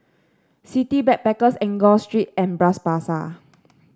City Backpackers Enggor Street and Bras Basah